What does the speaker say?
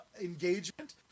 engagement